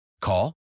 Call